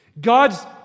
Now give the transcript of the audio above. God's